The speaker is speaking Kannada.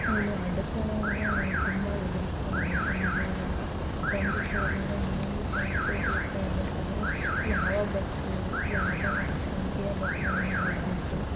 ಏನು ಅಡಚಣೆನಾ ತುಂಬ ಎದುರಿಸಿದೆ ನಾನು ಅಲ್ಲಿಗೆ ಹೋದಾಗ ಒಂದು ಸ್ಥಳದಿಂದ ಇನ್ನೊಂದು ಸ್ಥಳಕ್ಕೆ ಹೋಗ್ತಾ ಇರಬೇಕಾದ್ರೆ ಯಾವ ಬಸ್ಸು ಯಾವ ಸಂಖ್ಯೆಯ ಬಸ್ಸಿನಲ್ಲಿ ಹೋಗ್ಬೇಕು